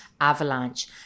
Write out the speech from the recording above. avalanche